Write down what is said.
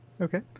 Okay